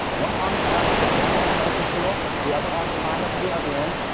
one army lined up at one end of an open field. the other army lined up at the other end.